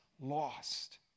lost